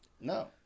no